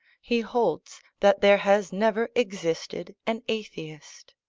he holds that there has never existed an atheist.